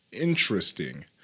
Interesting